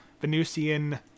Venusian